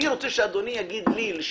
אני רוצה שאדוני יגיד לי לשיטתו.